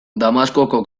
damaskoko